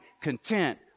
content